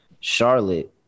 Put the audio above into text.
Charlotte